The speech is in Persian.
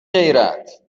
غیرت